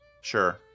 Sure